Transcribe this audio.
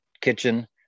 kitchen